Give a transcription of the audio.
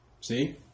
See